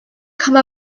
come